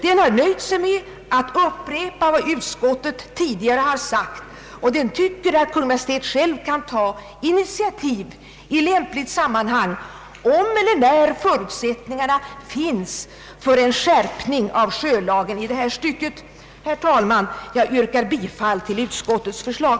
Den har nöjt sig med att upprepa vad utskottet tidigare sagt och anser att Kungl. Maj:t själv kan ta initiativ i lämpligt sammanhang, om eller när förutsättningarna finns för en skärpning av sjölagen i detta stycke. Herr talman! Jag yrkar bifall till utskottets förslag.